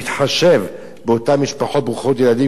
להתחשב באותן משפחות ברוכות ילדים,